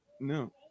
No